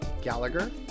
Gallagher